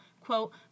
quote